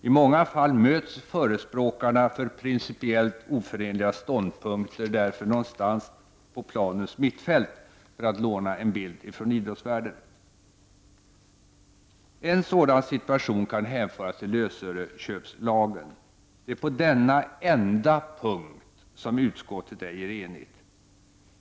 I många fall möts därför förespråkarna för principiellt oförenliga ståndpunkter någonstans på planens mittfält, för att låna en bild från idrottsvärlden. En sådan situation kan hänföras till lösöreköplagen. Det är på denna enda punkt som utskottet ej är enigt.